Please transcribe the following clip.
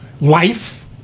life